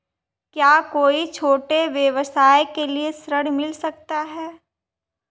क्या कोई छोटे व्यवसाय के लिए ऋण मिल सकता है?